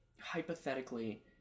hypothetically